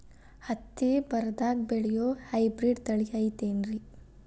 ಹತ್ತಿ ಬರದಾಗ ಬೆಳೆಯೋ ಹೈಬ್ರಿಡ್ ತಳಿ ಐತಿ ಏನ್ರಿ?